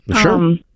Sure